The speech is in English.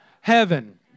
heaven